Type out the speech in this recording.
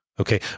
Okay